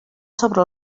sobre